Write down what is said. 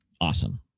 awesome